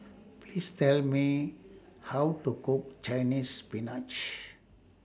Please Tell Me How to Cook Chinese Spinach